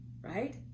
Right